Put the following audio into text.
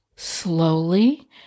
slowly